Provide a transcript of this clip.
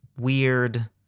weird